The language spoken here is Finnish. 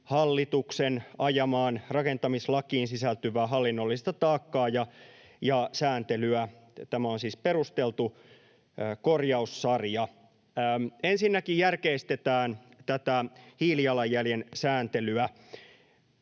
hallituksen ajamaan rakentamislakiin sisältyvää hallinnollista taakkaa ja sääntelyä. Tämä on siis perusteltu korjaussarja. Ensinnäkin järkeistetään hiilijalanjäljen sääntelyä.